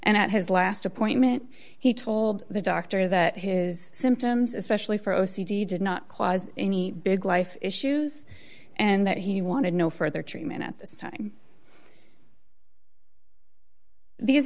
and at his last appointment he told the doctor that his symptoms especially for o c d did not cause any big life issues and that he wanted no further treatment at this time these